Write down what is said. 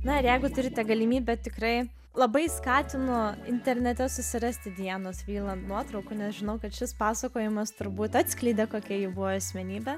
na ir jeigu turite galimybę tikrai labai skatinu internete susirasti dienos vriland nuotraukų nes žinau kad šis pasakojimas turbūt atskleidė kokia ji buvo asmenybė